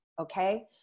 okay